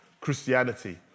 Christianity